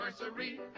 anniversary